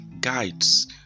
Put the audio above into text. guides